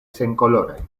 senkoloraj